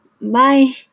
Bye